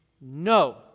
no